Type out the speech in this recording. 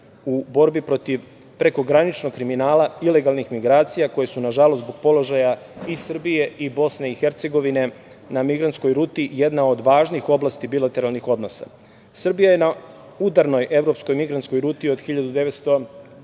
u borbi protiv prekograničnog kriminala ilegalnih migracija koje su, nažalost, zbog položaja i Srbije i Bosne i Hercegovine na migrantskoj ruti jedna od važnih oblasti bilateralnih odnosa. Srbija je na udarnoj evropskoj migratskoj ruti od 2015.